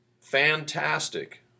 fantastic